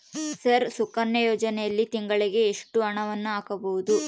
Sir Sukanya ಯೋಜನೆಯಲ್ಲಿ ತಿಂಗಳಿಗೆ ಎಷ್ಟು ಹಣವನ್ನು ಹಾಕಬಹುದು?